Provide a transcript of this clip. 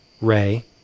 Ray